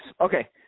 Okay